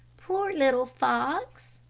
poor little fox,